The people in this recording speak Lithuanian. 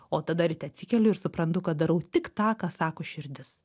o tada ryte atsikeliu ir suprantu kad darau tik tą ką sako širdis